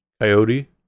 Coyote